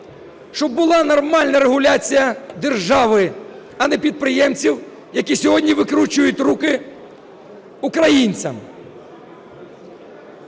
щоб була нормальна регуляція держави, а не підприємців, які сьогодні викручують руки українцям.